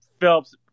Phelps